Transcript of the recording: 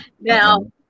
Now